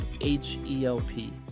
H-E-L-P